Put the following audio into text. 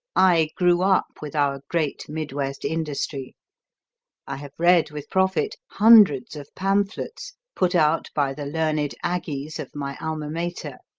i grew up with our great midwest industry i have read with profit hundreds of pamphlets put out by the learned aggies of my alma mater.